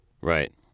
Right